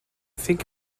think